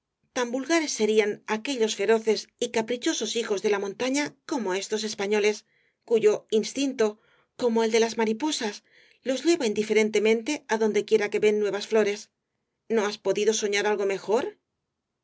tan vulgares serán aquellos feroces y caprichosos hijos de la montaña como estos españoles cuyo instinto como el de las mariposas los lleva indiferentemente adondequiera que ven nuevas flores no has podido soñar algo mejor